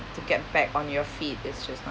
to get back on your feet is just not